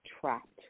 trapped